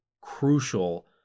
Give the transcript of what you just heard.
crucial